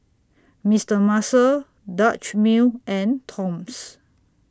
Mister Muscle Dutch Mill and Toms